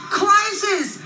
crisis